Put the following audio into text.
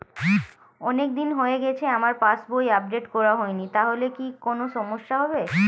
অনেকদিন হয়ে গেছে আমার পাস বই আপডেট করা হয়নি তাহলে কি কোন সমস্যা হবে?